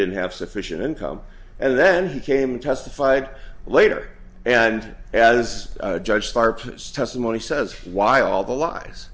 didn't have sufficient income and then he came testified later and as judge starr testimony says why all the lies